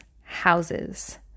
houses